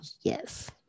Yes